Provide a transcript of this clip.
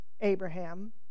Abraham